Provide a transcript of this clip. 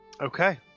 okay